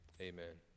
Amen